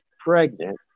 pregnant